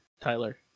Tyler